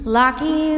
lucky